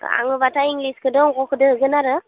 आंबाथाय इंलिसखौजों अंक'जों होगोन आरो